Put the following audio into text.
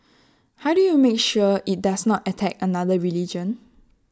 how do you make sure IT does not attack another religion